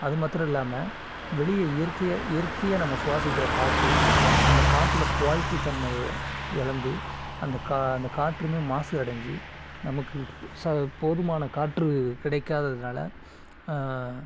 அது மாத்திரம் இல்லாமல் வெளியே இயற்கையாக இயற்கையாக நம்ம சுவாசிக்கிற காற்று அந்தக் காத்தில் குவாலிட்டித் தன்மையை இலந்து அந்த கா அந்த காற்றுமே மாசு அடைஞ்சி நமக்கு ச போதுமான காற்று கிடைக்காததனால